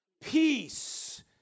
peace